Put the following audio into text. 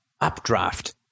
updraft